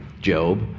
Job